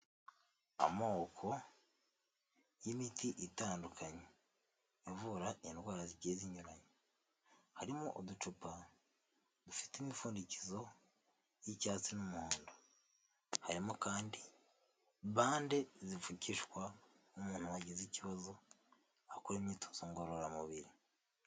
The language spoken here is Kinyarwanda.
Amoko y'imiti itandukanye avura indwara zigiye zinyuranye; harimo uducupa dufite imipfundikizo y'icyatsi n'umuhondo, harimo kandi bande zipfukishwa umuntu wagize ikibazo akora imyitozo ngororamubiri.